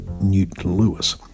Newton-Lewis